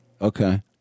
Okay